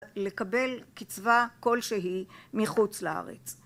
לקבל קצבה כלשהי מחוץ לארץ